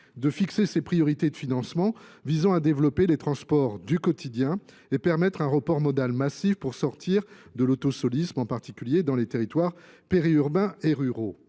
de fixer ces priorités de financement visant à développer les transports du quotidien et à permettre un report modal massif pour sortir de l'auto soliste, en particulier dans les territoires périurbains et ruraux.